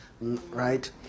right